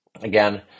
again